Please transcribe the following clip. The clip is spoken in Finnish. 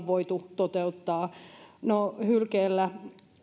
voitu toteuttaa no hylkeellä